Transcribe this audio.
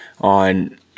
on